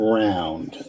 round